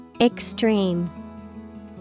Extreme